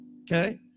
Okay